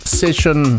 session